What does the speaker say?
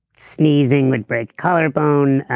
sneezing would break collarbone,